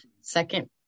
second